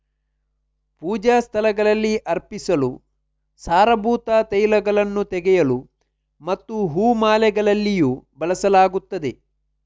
ಪೂಜಾ ಸ್ಥಳಗಳಲ್ಲಿ ಅರ್ಪಿಸಲು, ಸಾರಭೂತ ತೈಲಗಳನ್ನು ತೆಗೆಯಲು ಮತ್ತು ಹೂ ಮಾಲೆಗಳಲ್ಲಿಯೂ ಬಳಸಲಾಗುತ್ತದೆ